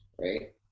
right